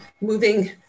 moving